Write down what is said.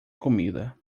comida